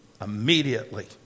Immediately